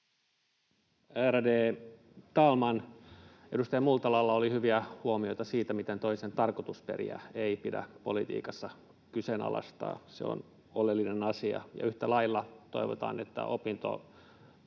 Ärade talman! Edustaja Multalalla oli hyviä huomioita siitä, miten toisen tarkoitusperiä ei pidä politiikassa kyseenalaistaa. Se on oleellinen asia. Yhtä lailla toivotaan, että opintotulon